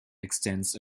extends